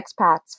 expats